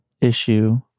issue